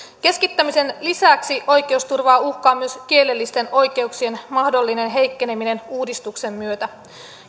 keskittämisen lisäksi oikeusturvaa uhkaa myös kielellisten oikeuksien mahdollinen heikkeneminen uudistuksen myötä